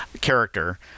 character